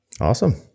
Awesome